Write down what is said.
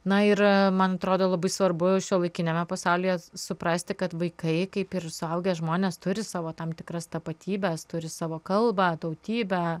na ir man atrodo labai svarbu šiuolaikiniame pasaulyje suprasti kad vaikai kaip ir suaugę žmonės turi savo tam tikras tapatybes turi savo kalbą tautybę